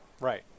right